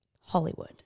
hollywood